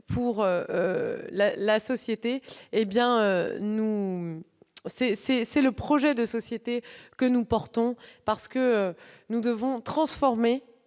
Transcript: pour la société. Tel est le projet de société que nous portons. Nous devons transformer